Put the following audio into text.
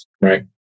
right